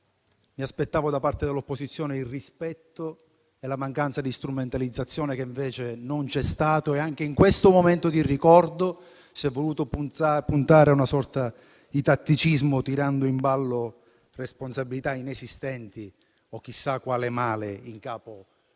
mi aspettavo da parte dell'opposizione il rispetto e la mancanza di strumentalizzazione, che invece non ci sono stati. E anche in questo momento di ricordo si è voluto puntare a una sorta di tatticismo, tirando in ballo responsabilità inesistenti o chissà quale male in capo